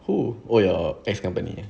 who oh your ex company ah